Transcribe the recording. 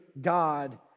God